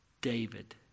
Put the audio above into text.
David